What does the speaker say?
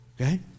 Okay